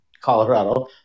Colorado